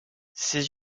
ses